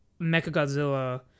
Mechagodzilla